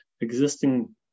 existing